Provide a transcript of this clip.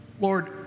Lord